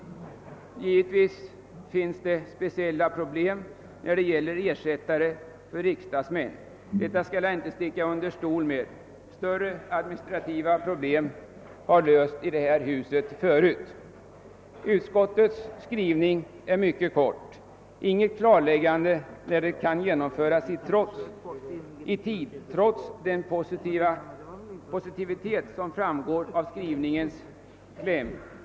Givetvis finns det speciella problem när det gäller ersättare för riksdagsmän -— det skall jag inte sticka under stol med — men större administrativa problem har lösts i det här huset förut. Utskottets skrivning är mycket kort. Den innebär inget klargörande, när detta kan genomföras i tid, trots den positiva inställning som framgår av skrivningens kläm.